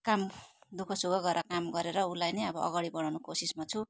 काम दुःख सुख गरेर काम गरेर उसलाई नै अब अगाडि बढाउनु कोसिसमा छु